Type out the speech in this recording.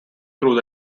through